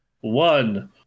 one